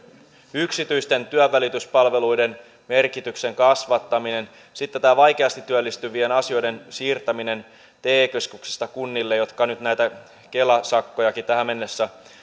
yksityisten työnvälityspalveluiden merkityksen kasvattaminen sitten tämä vaikeasti työllistyvien asioiden siirtäminen te keskuksista kunnille jotka nyt näitä kela sakkojakin tähän mennessä